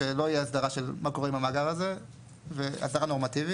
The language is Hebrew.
שלא יהיה אסדרה של מה קורה עם המאגר הזה ואזהרה נורמטיבית.